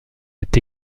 est